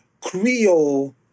Creole